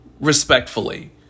respectfully